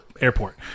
Airport